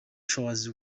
shows